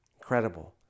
Incredible